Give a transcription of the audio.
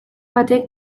batek